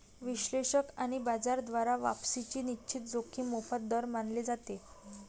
विश्लेषक आणि बाजार द्वारा वापसीची निश्चित जोखीम मोफत दर मानले जाते